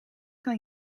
kan